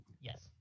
Yes